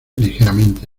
ligeramente